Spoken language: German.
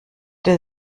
der